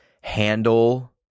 handle